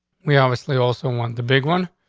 we obviously also want the big one.